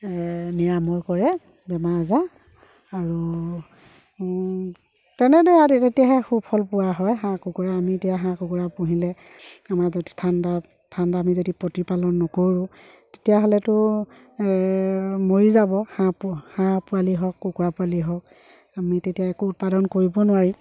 নিৰাময় কৰে বেমাৰ আজাৰ আৰু তেনেদৰে ড্ৰু তেতিয়াহে সুফল পোৱা হয় হাঁহ কুকুৰা আমি এতিয়া হাঁহ কুকুৰা পুহিলে আমাৰ যদি ঠাণ্ডা ঠাণ্ডাত আমি যদি প্ৰতিপালন নকৰোঁ তেতিয়াহ'লেতো মৰি যাব হাঁহ হাঁহ পোৱালি হওক কুকুৰা পোৱালি হওক আমি তেতিয়া একো উৎপাদন কৰিব নোৱাৰিম